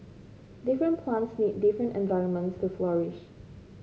different plants need different environments to flourish